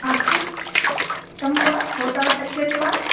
अस्तु कथं वा भवतः शक्यते वा